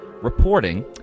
Reporting